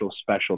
special